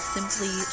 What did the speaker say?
Simply